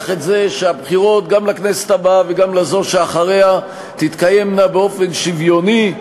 שהבחירות גם לכנסת הבאה וגם לזו שאחריה תתקיימנה באופן שוויוני,